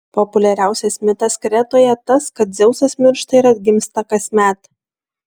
populiariausias mitas kretoje tas kad dzeusas miršta ir atgimsta kasmet